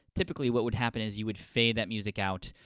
typically, what would happen is, you would fade that music out,